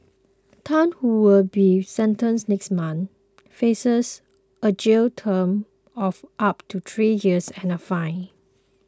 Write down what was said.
Tan who will be sentenced next month faces a jail term of up to three years and a fine